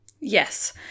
Yes